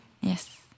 Yes